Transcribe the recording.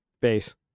Base